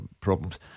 problems